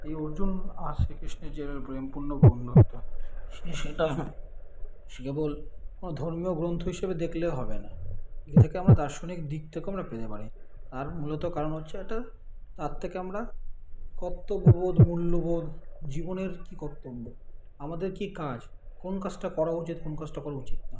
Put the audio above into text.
এই অর্জুন আর শ্রী কৃষ্ণের যে প্রেমপূর্ণ বন্ধুত্ব সেই সেটা কেবল কোনো ধর্মীয় গ্রন্থ হিসাবে দেখলে হবে না এটাকে আমরা দার্শনিক দিক থেকেও আমরা পেতে পারি তার মূলত কারণ হচ্ছে এটা তার থেকে আমরা কর্তব্যবোধ মূল্যবোধ জীবনের কী কর্তব্য আমাদের কী কাজ কোন কাজটা করা উচিত কোন কাজটা করা উচিত নয়